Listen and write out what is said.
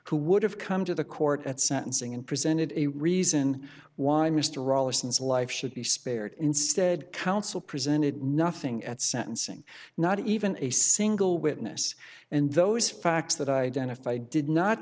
who would have come to the court at sentencing and presented a reason why mr rollins life should be spared instead counsel presented nothing at sentencing not even a single witness and those facts that identify did not